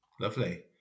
Lovely